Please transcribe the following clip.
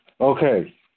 Okay